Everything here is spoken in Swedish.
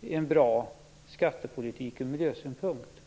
en bra skattepolitik ur miljösynpunkt.